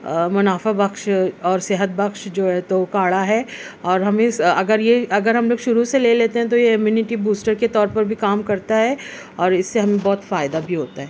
منافع بخش اور صحت بخش جو ہے تو کاڑھا ہے اور ہم اس اگر یہ اگر ہم لوگ شروع سے لے لیتے ہیں تو یہ امینیٹی بوسٹر کے طور پر بھی کام کرتا ہے اور اس سے ہمیں بہت فائدہ بھی ہوتا ہے